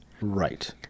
Right